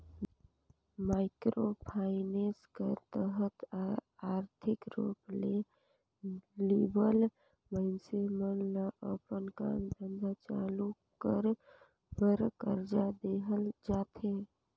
micro finance कर तहत आरथिक रूप ले लिबल मइनसे मन ल अपन काम धंधा चालू कर बर करजा देहल जाथे